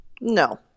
No